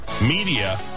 media